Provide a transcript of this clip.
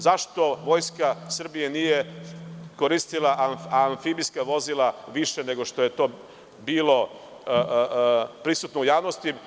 Zašto Vojska Srbije nije koristila amfibijska vozila, više nego što je to bilo prisutno u javnosti.